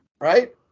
right